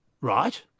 right